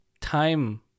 time